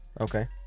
Okay